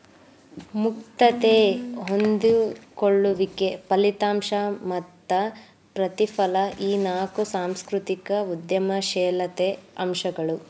ಮುಕ್ತತೆ ಹೊಂದಿಕೊಳ್ಳುವಿಕೆ ಫಲಿತಾಂಶ ಮತ್ತ ಪ್ರತಿಫಲ ಈ ನಾಕು ಸಾಂಸ್ಕೃತಿಕ ಉದ್ಯಮಶೇಲತೆ ಅಂಶಗಳು